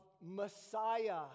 Messiah